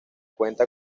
cuenta